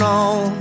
on